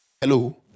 Hello